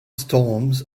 storms